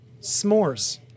S'mores